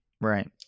Right